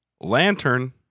Lantern